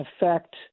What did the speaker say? affect